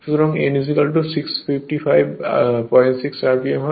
অতএব n 6556 rpm হয়